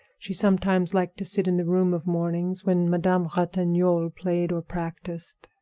she sometimes liked to sit in the room of mornings when madame ratignolle played or practiced.